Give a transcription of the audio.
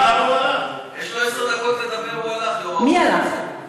למה הוא הלך, מרב,